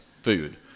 food